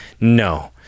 no